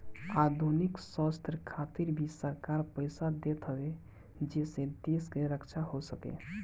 आधुनिक शस्त्र खातिर भी सरकार पईसा देत हवे जेसे देश के रक्षा हो सके